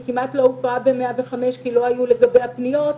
שכמעט לא נבדקה ב-105 כי לא היו לגביה פניות,